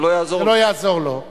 זה לא יעזור לו.